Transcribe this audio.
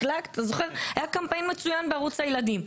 היה קמפיין מצוין בערוץ הילדים.